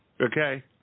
Okay